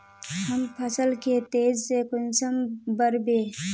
हम फसल के तेज से कुंसम बढ़बे?